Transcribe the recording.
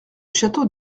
château